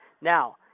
Now